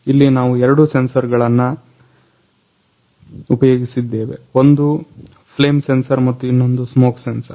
ಇಲ್ಲಿ ನಾವು ಎರಡು ಸೆನ್ಸರ್ಗಳನ್ನ ಉಪಯೋಗಿಸಿದ್ದೇವೆ ಒಂದು ಫ್ಲೇಮ್ ಸೆನ್ಸರ್ ಮತ್ತು ಇನ್ನೊಂದು ಸ್ಮೋಕ್ ಸೆನ್ಸರ್